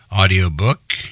audiobook